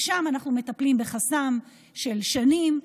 ושם אנחנו מטפלים בחסם של שנים,